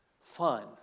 fun